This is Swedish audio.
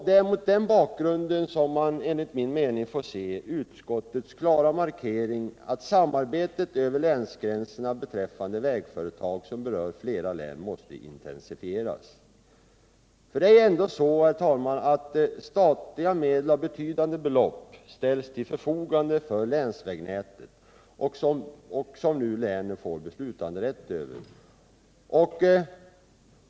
Det är mot den bakgrunden som man får se utskottets klara markering att samarbetet över länsgränserna beträffande vägföretag som berör flera län måste intensifieras. Betydande statliga belopp ställs dock till förfogande för länsvägnätet, och länen har beslutanderätt över dem.